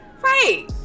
Right